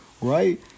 right